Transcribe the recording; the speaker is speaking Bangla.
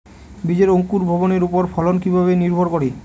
বীজের অঙ্কুর ভবনের ওপর ফলন কিভাবে নির্ভর করে?